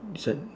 this one